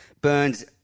Burns